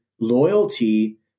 loyalty